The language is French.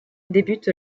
débute